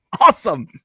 awesome